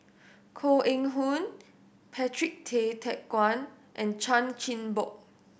Koh Eng Hoon Patrick Tay Teck Guan and Chan Chin Bock